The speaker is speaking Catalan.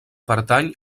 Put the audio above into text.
pertany